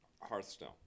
Hearthstone